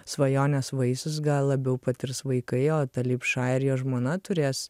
svajonės vaisius gal labiau patirs vaikai o talipša ir jo žmona turės